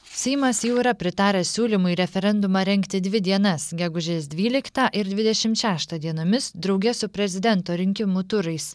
seimas jau yra pritaręs siūlymui referendumą rengti dvi dienas gegužės dvyliktą ir dvidešimt šeštą dienomis drauge su prezidento rinkimų turais